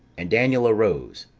and daniel arose,